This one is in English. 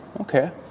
okay